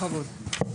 בכבוד.